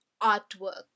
artwork